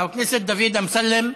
חבר הכנסת דוד אמסלם,